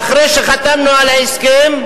ואחרי שחתמנו על ההסכם,